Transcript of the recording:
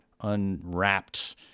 unwrapped